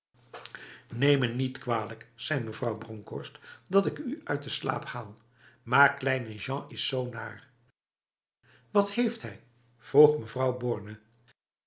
neem me niet kwalijk zei mevrouw bronkhorst dat ik u uit de slaap haal maar kleine jean is zo naarf wat heeft hij vroeg mevrouw borne